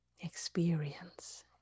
experience